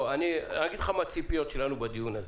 אני אומר לך מה הציפיות שלנו בדיון הזה.